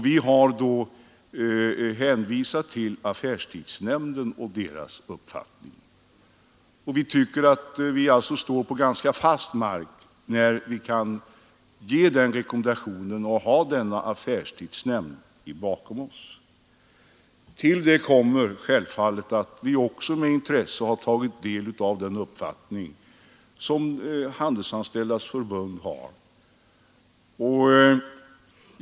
Vi har därvid hänvisat till affärstidsnämndens uppfattning. Vi tycker att vi står på ganska fast mark när vi bakom vår rekommendation har affärstidsnämnden. Vi har givetvis också med intresse tagit del av den uppfattning man har inom Handelsanställdas förbund.